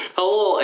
Hello